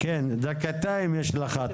דקתיים יש לך.